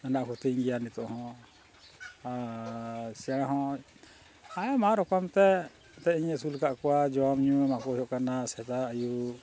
ᱦᱮᱱᱟᱜ ᱠᱚᱛᱤᱧ ᱜᱮᱭᱟ ᱱᱤᱛᱚᱜ ᱦᱚᱸ ᱟᱨ ᱪᱮᱬᱮ ᱦᱚᱸ ᱟᱭᱢᱟ ᱨᱚᱠᱚᱢ ᱛᱮ ᱥᱮᱜ ᱤᱧ ᱟᱹᱥᱩᱞ ᱟᱠᱟᱫ ᱠᱚᱣᱟ ᱡᱚᱢ ᱧᱩ ᱮᱢᱟᱠᱚ ᱦᱩᱭᱩᱜ ᱠᱟᱱᱟ ᱥᱮᱛᱟ ᱟᱹᱭᱩᱵ